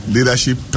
Leadership